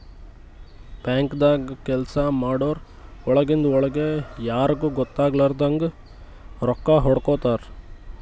ಬ್ಯಾಂಕ್ದಾಗ್ ಕೆಲ್ಸ ಮಾಡೋರು ಒಳಗಿಂದ್ ಒಳ್ಗೆ ಯಾರಿಗೂ ಗೊತ್ತಾಗಲಾರದಂಗ್ ರೊಕ್ಕಾ ಹೊಡ್ಕೋತಾರ್